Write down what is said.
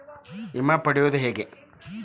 ವಿಮೆ ಪಡಿಯೋದ ಹೆಂಗ್?